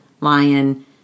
Lion